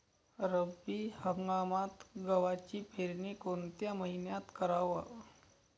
रब्बी हंगामात गव्हाची पेरनी कोनत्या मईन्यात कराव?